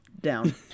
Down